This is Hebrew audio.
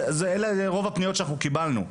אלה רוב הפניות שאנחנו קיבלנו,